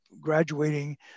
graduating